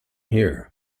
here